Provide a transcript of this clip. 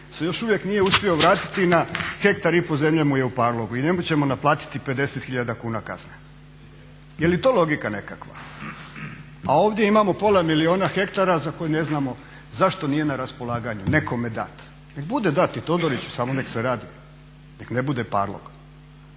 se još uvijek nije uspio vratiti na hektar i po zemlje mu je u parlogu i njemu ćemo naplatiti 50 tisuća kuna kazne. Jeli to logika nekakva? A ovdje imamo pola milijuna hektara za koje ne znamo zašto nije na raspolaganju, nekome dat. neka bude dat i Todoriću samo neka se radi, neka ne bude …,